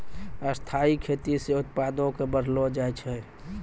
स्थाइ खेती से उत्पादो क बढ़लो जाय छै